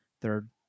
third